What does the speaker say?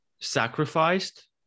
sacrificed